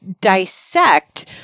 dissect